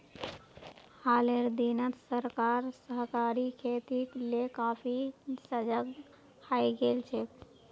हालेर दिनत सरकार सहकारी खेतीक ले काफी सजग हइ गेल छेक